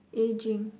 aging